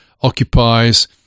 occupies